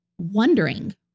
wondering